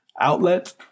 outlet